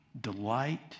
delight